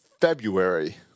February